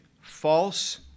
false